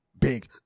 big